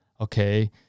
Okay